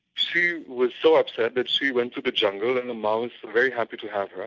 she was so upset that she went to the jungle and the maoists were very happy to have her,